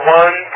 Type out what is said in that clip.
one